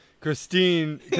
Christine